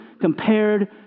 compared